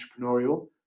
entrepreneurial